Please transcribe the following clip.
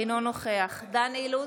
אינו נוכח דן אילוז,